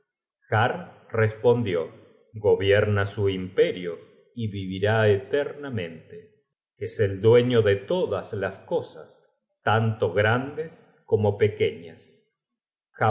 respondió gobierna su imperio y vivirá eternamente es el dueño de todas las cosas tanto grandes como pequeñas